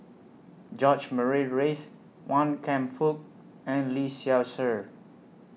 George Murray Reith Wan Kam Fook and Lee Seow Ser